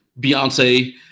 Beyonce